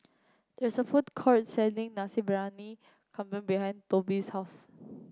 there is a food court selling Nasi Briyani Kambing behind Tobi's house